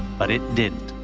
but it didn't.